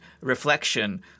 reflection